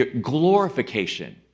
Glorification